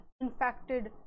infected